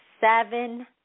seven